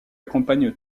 accompagne